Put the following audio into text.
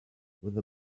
with